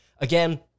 again